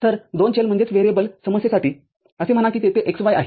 तर दोन चल समस्येसाठी असे म्हणा की तेथे x y आहे